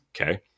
Okay